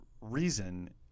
reason